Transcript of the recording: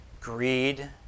greed